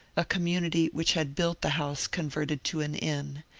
a community which had built the house con verted to an inn,